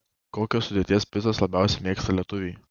kokios sudėties picas labiausiai mėgsta lietuviai